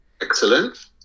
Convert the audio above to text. Excellent